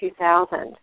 2000